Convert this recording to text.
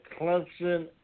Clemson